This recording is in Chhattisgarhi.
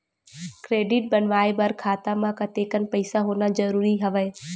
क्रेडिट बनवाय बर खाता म कतेकन पईसा होना जरूरी हवय?